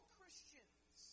Christians